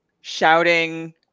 shouting